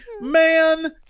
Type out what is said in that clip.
man